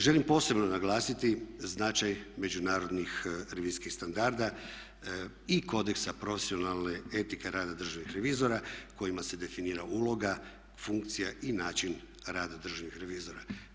Želim posebno naglasiti značaj međunarodnih revizijskih standarda i kodeksa profesionalne etike rada državnih revizora kojima se definira uloga, funkcija i način rada državnih revizora.